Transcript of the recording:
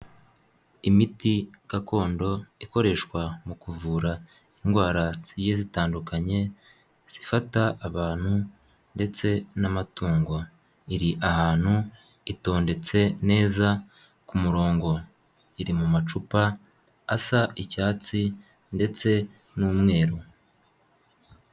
Imiti gakondo ikoreshwa mu kuvura indwara zigiye zitandukanye zifata abantu ndetse n'amatungo, iri ahantu itondetse neza ku murongo, iri mu macupa asa icyatsi ndetse n'umweru.